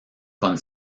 con